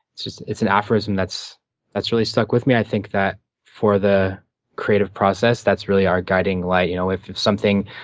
it's an aphorism that's that's really stuck with me. i think that for the creative process, that's really our guiding light. you know, if something